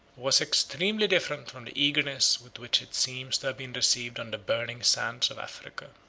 was extremely different from the eagerness with which it seems to have been received on the burning sands of africa.